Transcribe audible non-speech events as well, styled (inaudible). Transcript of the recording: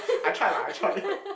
I try lah I try (laughs)